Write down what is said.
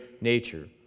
nature